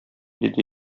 диде